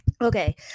okay